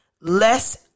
Less